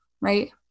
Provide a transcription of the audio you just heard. right